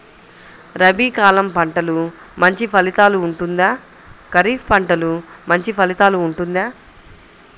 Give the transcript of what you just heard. రబీ కాలం పంటలు మంచి ఫలితాలు ఉంటుందా? ఖరీఫ్ పంటలు మంచి ఫలితాలు ఉంటుందా?